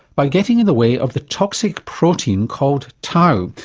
by getting in the way of the toxic protein called tau,